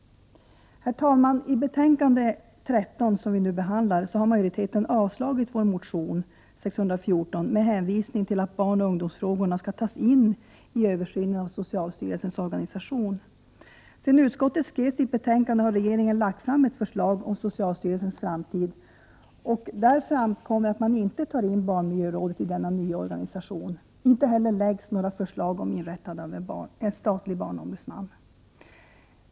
Som framgår av socialutskottets betänkande 13 — det är ju bl.a. detta betänkande som vi nu behandlar — har en majoritet avstyrkt den socialdemokratiska motionen §So614 med hänvisning till att barnoch ungdomsfrågorna skall tas in i översynen av socialstyrelsens organisation. Sedan utskottet skrev betänkandet har regeringen lagt fram ett förslag om socialstyrelsens framtid. I detta föreslås inte någon statlig barnombudsman. Barnmiljörådet kommer också att fortsätta att vara en självständig myndighet.